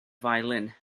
violin